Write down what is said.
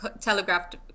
telegraphed